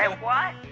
and what?